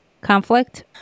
conflict